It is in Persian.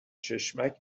چشمک